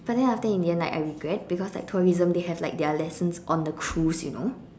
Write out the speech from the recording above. but then after in the end like I regret because like tourism they have like their lessons on the cruise you know